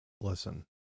listen